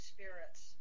Spirits